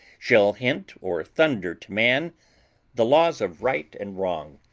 shall hint or thunder to man the laws of right and wrong,